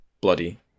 bloody